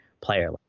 player